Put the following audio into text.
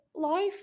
life